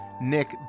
Nick